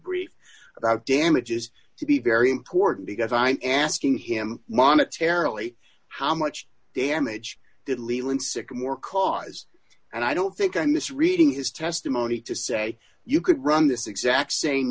brief about damages to be very important because i'm asking him monetary only how much damage did leland sycamore cause and i don't think i'm misreading his testimony to say you could run this exact same